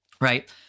Right